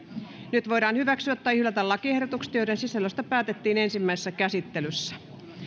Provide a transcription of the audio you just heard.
nyt voidaan hyväksyä tai hylätä lakiehdotukset joiden sisällöstä päätettiin ensimmäisessä käsittelyssä